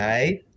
Right